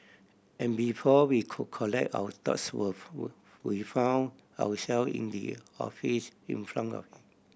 and before we could collect our thoughts we found our self in the office in front of